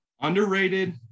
underrated